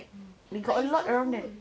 mm but it's all full